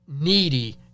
needy